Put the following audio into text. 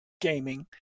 gaming